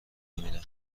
نمیدم